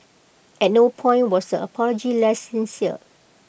at no point was the apology less sincere